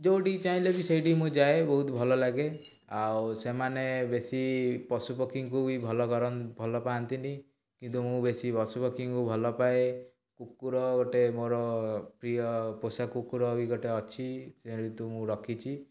ଯୋଉଁଠିକୁ ଚାହିଁଲେ ବି ସେଇଠିକୁ ମୁଁ ଯାଏ ବହୁତ ଭଲଲାଗେ ଆଉ ସେମାନେ ବେଶୀ ପଶୁପକ୍ଷୀଙ୍କୁ ବି ଭଲ ଭଲପାଆନ୍ତିନି କିନ୍ତୁ ମୁଁ ବେଶୀ ପଶୁପକ୍ଷୀଙ୍କୁ ଭଲପାଏ କୁକୁର ଗୋଟେ ମୋର ପ୍ରିୟ ପୋଷା କୁକୁର ବି ଗୋଟେ ଅଛି ଯେହେତୁ ମୁଁ ରଖିଛି